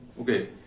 okay